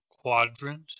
quadrant